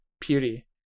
beauty